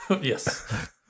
Yes